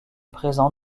présents